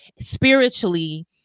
spiritually